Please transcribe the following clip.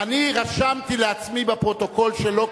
אני רשמתי לעצמי בפרוטוקול שלא,